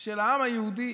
של העם היהודי,